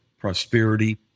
Prosperity